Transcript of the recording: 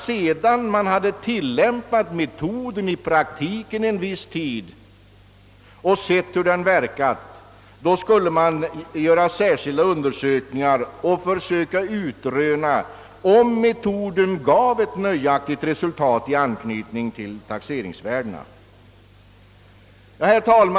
Sedan metoden tillämpats en viss tid i praktiken och man fått se verkan därav skulle man försöka utröna om metoden gav ett nöjaktigt resultat med hänsyn till taxeringsvärdena.